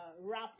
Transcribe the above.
wrap